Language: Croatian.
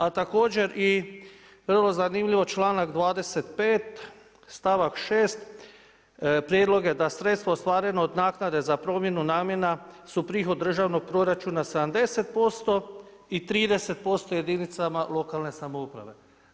A također vrlo zanimljivo članak 25. stavak 6. prijedlog je da sredstvo ostvareno od naknade za promjene namjena su prihod državnog proračuna 70% i 30% jedinicama lokalne samouprave.